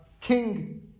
king